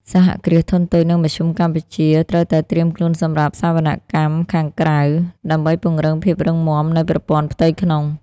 សហគ្រាសធុនតូច និងមធ្យម កម្ពុជាត្រូវតែត្រៀមខ្លួនសម្រាប់ "សវនកម្មខាងក្រៅ" ដើម្បីពង្រឹងភាពរឹងមាំនៃប្រព័ន្ធផ្ទៃក្នុង។